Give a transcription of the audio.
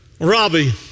Robbie